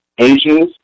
Asians